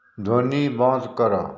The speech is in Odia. ଧ୍ୱନି ବନ୍ଦ କର